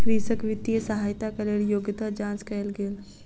कृषक वित्तीय सहायताक लेल योग्यता जांच कयल गेल